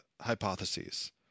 hypotheses